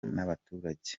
n’abaturage